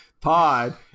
pod